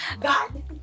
God